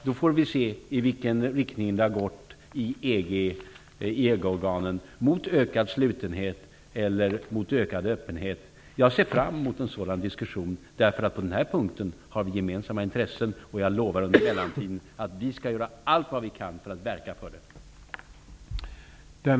Då får vi se i vilken riktning det har gått i EG-organen, mot ökad slutenhet eller mot ökad öppenhet. Jag ser fram mot en sådan diskussion. På den här punkten har vi gemensamma intressen. Jag lovar att vi skall göra allt vad vi kan för att verka för detta under mellantiden.